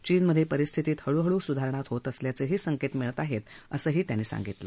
चीनमधे परिस्थितीत हळूहळू सुधारणा होत असल्याचेही संकेत मिळत आहेत असंही त्यांनी सांगितलं